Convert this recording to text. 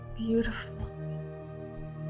beautiful